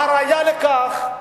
והראיה לכך,